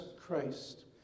Christ